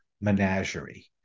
Menagerie